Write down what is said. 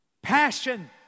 Passion